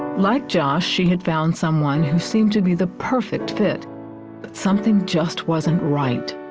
like josh, she had found someone who seemed to be the perfect fit, but something just wasn't right.